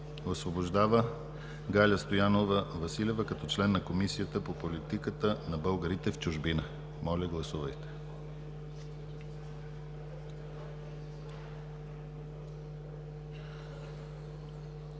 Освобождава Галя Стоянова Василева като член на Комисията по политиките за българите в чужбина.“ Моля, гласувайте.